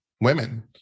women